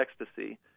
ecstasy